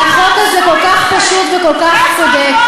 הרי החוק הזה כל כך פשוט וכל כך צודק.